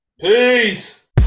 peace